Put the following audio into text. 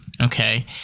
Okay